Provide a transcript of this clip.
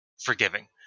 forgiving